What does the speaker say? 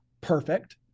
perfect